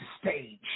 stage